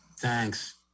thanks